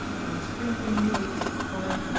and sprinkling me with it cried,